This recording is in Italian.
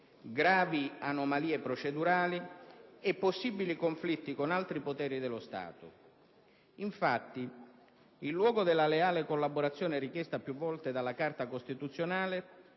gravi anomalie procedurali e possibili conflitti con altri poteri dello Stato. Infatti, in luogo della leale collaborazione richiesta più volte dalla Carta costituzionale,